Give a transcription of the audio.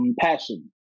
passion